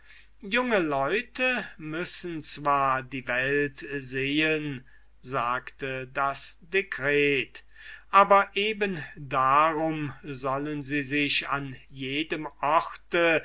junge leute müssen zwar die welt sehen sagte das decret aber eben darum sollen sie sich an jedem orte